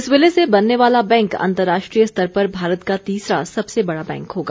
इस विलय से बनने वाला बैंक अंतर्राष्ट्रीय स्तर पर भारत का तीसरा सबसे बड़ा बैंक होगा